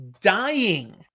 dying